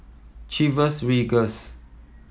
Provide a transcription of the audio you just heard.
Chivas Regals